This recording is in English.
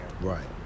Right